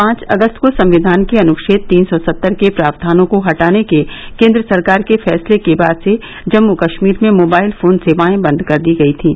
पांच अगस्त को संविधान के अनुछेद तीन सौ सत्तर के प्रावधानों को हटाने के केन्द्र सरकार के फैसले के बाद से जम्मू कश्मीर में मोबाइल फोन सेवाएं बंद कर दी गई थीं